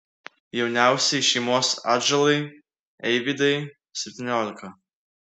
jauniausiai šeimos atžalai eivydai septyniolika